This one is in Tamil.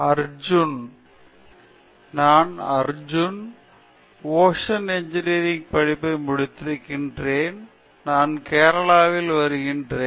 அர்ஜுன் நான் அர்ஜுன் ஓஷன் இன்ஜினியரிங் படிப்பை முடித்திருக்கிறேன் நான் கேரளாவிலிருந்து வருகிறேன்